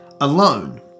alone